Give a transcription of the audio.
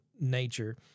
nature